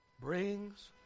brings